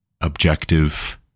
objective